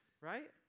Right